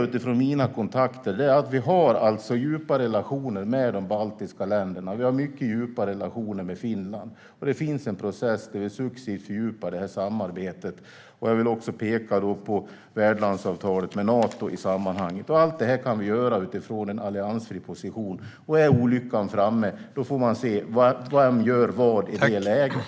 Utifrån mina kontakter kan jag konstatera att vi har djupa relationer med de baltiska länderna och mycket djupa relationer med Finland. Det finns en process där vi successivt fördjupar detta samarbete. Jag vill i sammanhanget också peka på värdlandsavtalet med Nato. Allt detta kan vi göra utifrån en alliansfri position. Är olyckan får vi se vem som gör vad i det läget.